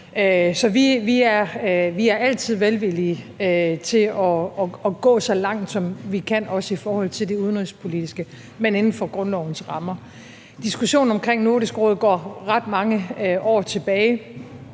Så vi er altid velvillige til at gå så langt, som vi kan, også i forhold til det udenrigspolitiske, men inden for grundlovens rammer. Diskussionen om Nordisk Råd går ret mange år tilbage.